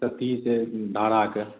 कथी से धाराके